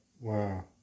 Wow